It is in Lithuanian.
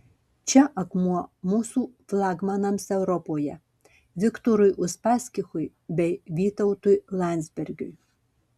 čia akmuo mūsų flagmanams europoje viktorui uspaskichui bei vytautui landsbergiui